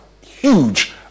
huge